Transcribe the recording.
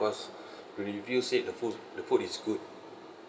reviews said the food the food is good